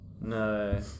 No